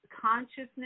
consciousness